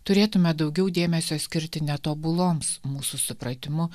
turėtume daugiau dėmesio skirti netobuloms mūsų supratimu